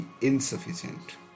insufficient